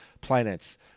planets